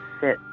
sit